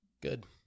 Good